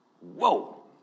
whoa